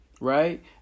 right